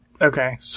Okay